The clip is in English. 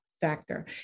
factor